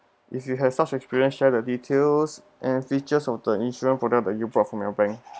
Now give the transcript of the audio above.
if you have such experience share the details and features of the insurance product that you brought from your bank